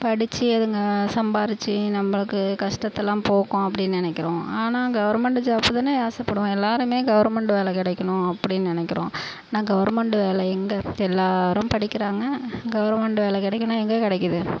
படித்து அதுங்க சம்பாரித்து நம்மளுக்கு கஷ்டத்தலாம் போக்கும் அப்படின்னு நினைக்கிறோம் ஆனால் கவர்மெண்டு ஜாப்பு தானே ஆசைப்படுவோம் எல்லாேருமே கவர்மெண்டு வேலை கிடைக்கணும் அப்படின்னு நினைக்கிறோம் ஆனால் கவர்மெண்டு வேலை எங்கே எல்லாேரும் படிக்கிறாங்க கவர்மெண்டு வேலை கிடைக்குன்னா எங்கே கிடைக்கிது